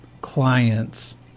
clients